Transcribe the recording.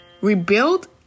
Rebuild